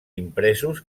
impresos